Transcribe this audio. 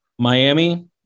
Miami